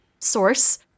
source